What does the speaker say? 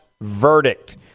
verdict